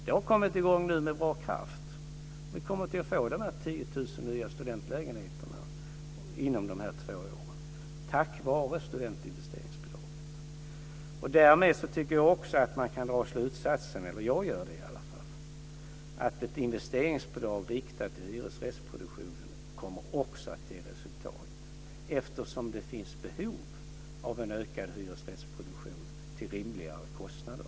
Det har nu kommit i gång med bra kraft, och vi kommer att få Därmed tycker jag också att man kan dra slutsatsen - jag gör det i alla fall - att ett investeringsbidrag riktat till hyresrättsproduktionen också kommer att ge resultat, eftersom det finns behov av en ökad hyresrättsproduktion till rimligare kostnader.